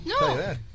No